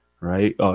right